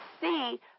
see